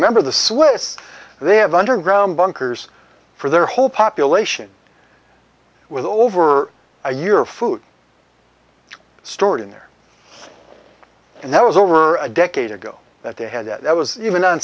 remember the swiss they have underground bunkers for their whole population with over a year food stored in there and that was over a decade ago that they had that was even on